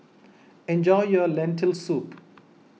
enjoy your Lentil Soup